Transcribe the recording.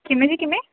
ਕਿਵੇਂ ਜੀ ਕਿਵੇਂ